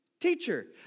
teacher